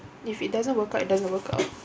if it doesn't work out it doesn't work out